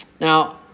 Now